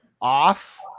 off